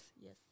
yes